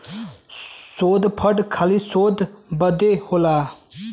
शोध फंड खाली शोध बदे होला